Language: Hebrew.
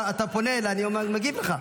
אתה פונה אליי, אני מגיב לך.